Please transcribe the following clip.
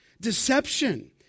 Deception